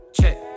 Check